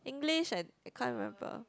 English and I can't remember